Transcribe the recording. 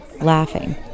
laughing